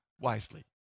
wisely